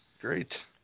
Great